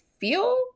feel